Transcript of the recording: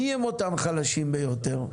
מי הם אותם חלשים ביותר?